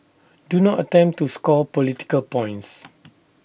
do not attempt to score political points